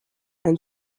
and